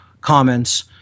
comments